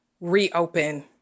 reopen